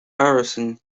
harrison